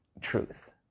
truth